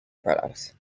products